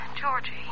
Georgie